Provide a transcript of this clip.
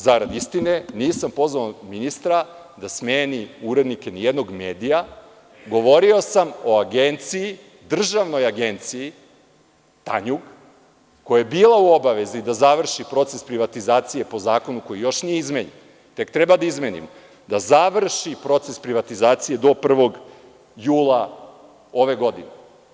Zarad istine, ja nisam pozvao ministra da smeni urednike nijednog medija, već sam govorio o državnoj agenciji Tanjug, koja je bila u obavezi da završi proces privatizacije po zakonu koji još nije izmenjen, koji tek treba da izmenimo, da završi proces privatizacije do 01. jula ove godine.